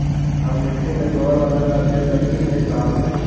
हम मिट्टी में गोबर बाला खाद दे सकली हे का?